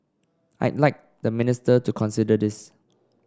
I'd like the minister to consider this